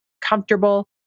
comfortable